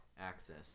access